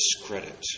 discredit